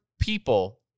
people